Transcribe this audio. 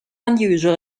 unusual